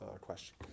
question